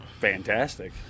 fantastic